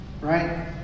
right